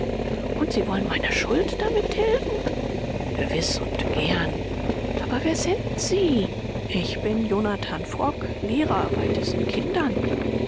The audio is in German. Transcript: und sie wollen meine schuld damit tilgen gewiß und gern aber wer sind sie ich bin jonathan frock lehrer bei diesen kindern